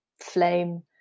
flame